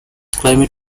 climatic